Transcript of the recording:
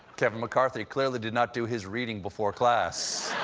kevin mccarthy clearly didn't do his reading before class.